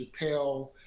Chappelle